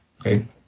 Okay